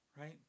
right